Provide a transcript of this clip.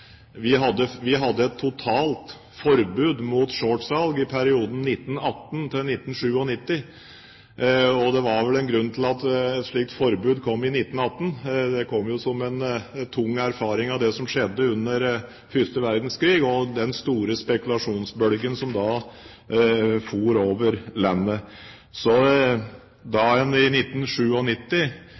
Vi hadde et totalt forbud mot shortsalg i perioden 1918–1997. Og det var en grunn til at et slikt forbud kom i 1918; det kom jo som en tung erfaring av det som skjedde under første verdenskrig, og den store spekulasjonsbølgen som da for over landet. Så da en i